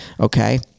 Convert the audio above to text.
Okay